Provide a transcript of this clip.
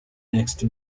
next